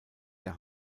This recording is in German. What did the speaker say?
der